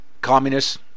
communists